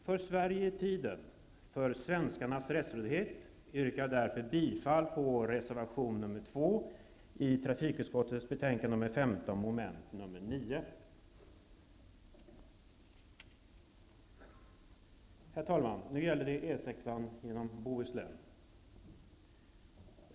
För Sverige i tiden, och för svenskarnas rättstrygghet yrkar jag bifall till vår reservation 2 i trafikutskottets betänkande 15 mom. 9. Herr talman! Nu gäller det E 6 genom Bohuslän.